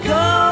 go